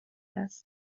است